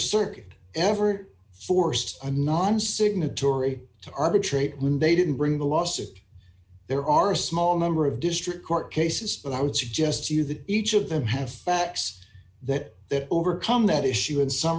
circuit ever forced a non signatory to arbitrate when they didn't bring the lawsuit there are a small number of district court cases but i would suggest to you that each of them have facts that that overcome that issue in some